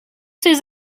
ces